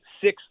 six